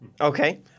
Okay